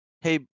Hey